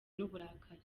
n’uburakari